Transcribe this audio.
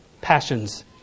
passions